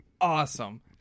awesome